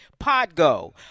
Podgo